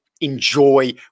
enjoy